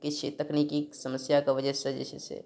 किछु तकनीकी समस्या के वजह सऽ जे छै से